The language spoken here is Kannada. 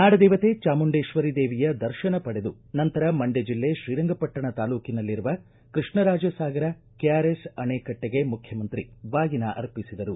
ನಾಡದೇವತೆ ಚಾಮುಂಡೇಶ್ವರಿ ದೇವಿಯ ದರ್ಶನ ಪಡೆದು ನಂತರ ಮಂಡ್ಕ ಜಿಲ್ಲೆ ಶ್ರೀರಂಗಪಟ್ಟಣ ತಾಲೂಕಿನಲ್ಲಿರುವ ಕೃಷ್ಣರಾಜ ಸಾಗರ ಕೆಆರ್ಎಸ್ ಅಣೆಕಟ್ಟಿಗೆ ಮುಖ್ಯಮಂತ್ರಿ ಬಾಗಿನ ಅರ್ಪಿಸಿದರು